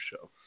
show